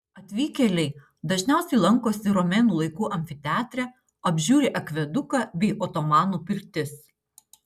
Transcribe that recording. atvykėliai dažniausiai lankosi romėnų laikų amfiteatre apžiūri akveduką bei otomanų pirtis